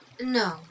No